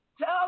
tell